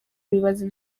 bibaza